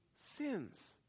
sins